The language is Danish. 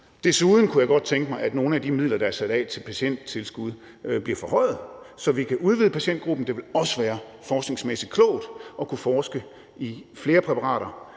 Desuden kunne jeg godt tænke mig, at nogle af de midler, der er sat af til patienttilskud, bliver forhøjet, så vi kan udvide patientgruppen. Det vil også være forskningsmæssigt klogt at kunne forske i flere præparater